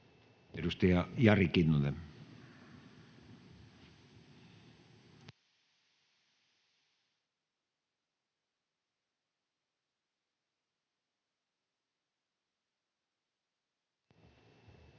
Edustaja Jari Kinnunen. [Speech